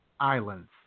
Islands